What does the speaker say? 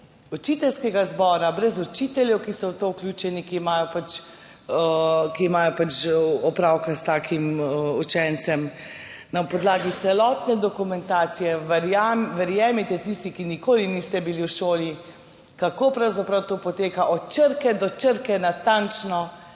učiteljskega zbora, brez učiteljev, ki so v to vključeni, ki imajo opravka s takim učencem, na podlagi celotne dokumentacije. Verjemite, tisti, ki nikoli niste bili v šoli, kako pravzaprav to poteka, od črke do črke natančno,